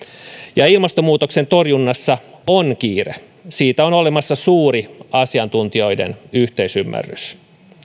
ja ilmastonmuutoksen torjunnassa on kiire siitä on olemassa suuri asiantuntijoiden yhteisymmärrys